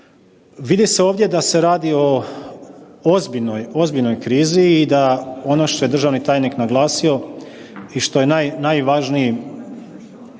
Vidi se ovdje da se radi o ozbiljnoj, ozbiljnoj krizi i da ono što je državni tajnik naglasio, i što je najvažniji